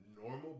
normal